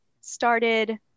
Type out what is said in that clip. started